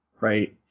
right